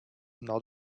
not